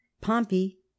Pompey